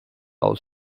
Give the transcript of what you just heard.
aus